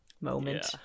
moment